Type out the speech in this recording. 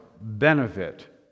benefit